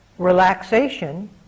relaxation